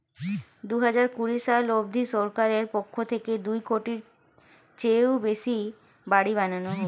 দুহাজার কুড়ি সাল অবধি সরকারের পক্ষ থেকে দুই কোটির চেয়েও বেশি বাড়ি বানানো হবে